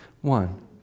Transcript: one